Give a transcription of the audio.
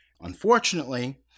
Unfortunately